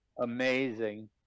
amazing